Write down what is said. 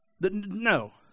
No